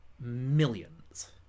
millions